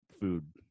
food